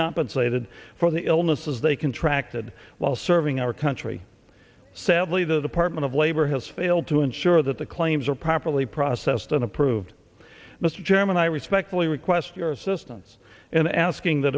compensated for the illnesses they contract did while serving our country sadly the department of labor has failed to ensure that the claims are properly processed and approved mr chairman i respectfully request your assistance in asking the